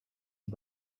die